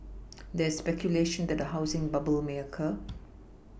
there is speculation that a housing bubble may occur